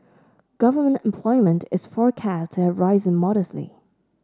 government employment is forecast to have risen modestly